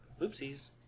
Oopsies